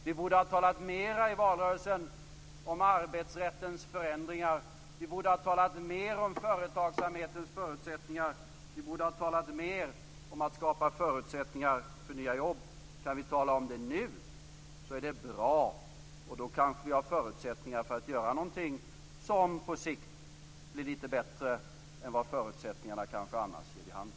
Vi borde ha talat mer i valrörelsen om arbetsrättens förändringar. Vi borde ha talat mer om företagsamhetens förutsättningar. Vi borde ha talat mer om att skapa förutsättningar för nya jobb. Kan vi tala om det nu är det bra. Då kanske vi har förutsättningar för att göra något som på sikt blir litet bättre än vad förutsättningarna kanske annars ger vid handen.